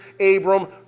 Abram